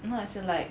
no as in like